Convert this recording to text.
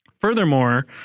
Furthermore